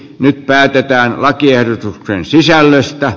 nyt päätetään lakiehdotuksen sisällöstä